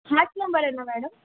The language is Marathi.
हाच नंबर आहे ना मॅडम